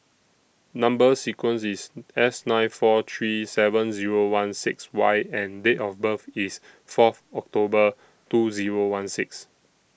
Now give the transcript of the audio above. Number sequence IS S nine four three seven Zero one six Y and Date of birth IS Fourth October two Zero one six